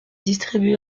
distribué